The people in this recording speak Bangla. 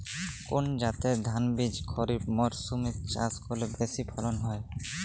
কোন জাতের ধানবীজ খরিপ মরসুম এ চাষ করলে বেশি ফলন হয়?